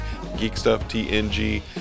GeekStuffTNG